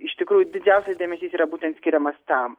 iš tikrųjų didžiausias dėmesys yra būtent skiriamas tam